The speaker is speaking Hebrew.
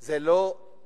זה לא כנסת,